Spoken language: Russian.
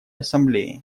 ассамблеи